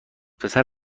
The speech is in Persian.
پسر